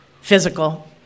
physical